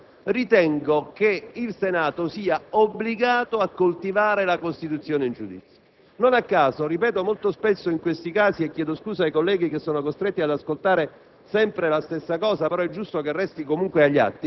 (quindi, avendo espresso, nel merito, un voto contrario), ritengo che il Senato sia obbligato a coltivare la costituzione in giudizio. Non a caso ribadisco che, molto spesso, in questi casi - e chiedo scusa ai colleghi che sono costretti ad ascoltare